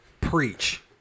Preach